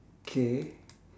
K